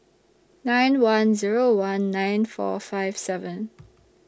nine one Zero one nine four five seven